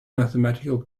mathematical